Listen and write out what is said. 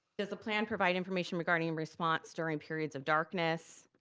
does the plan provide information regarding and response during periods of darkness?